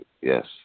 Yes